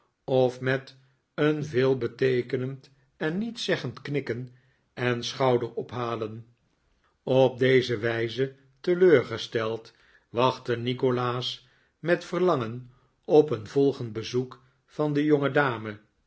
of met een veelbeteekfinend en niets zeggend knikken en schouderophalen op deze wijze teleurgesteld wachtte nikolaas met verlangen op een volgend bezoek van de